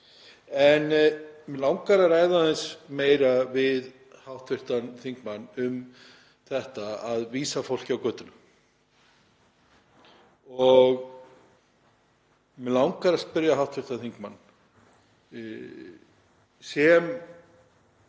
En mig langar að ræða aðeins meira við hv. þingmann um þetta, að vísa fólki á götuna. Mig langar að spyrja hv. þingmann,